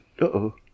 uh-oh